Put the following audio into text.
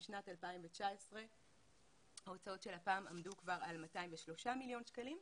בשנת 2019 ההוצאות של לפ"מ עמדו כבר על 203 מיליון שקלים.